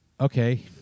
Okay